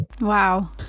Wow